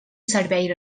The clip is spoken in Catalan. servei